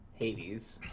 Hades